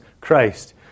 Christ